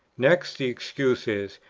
next, the excuse is,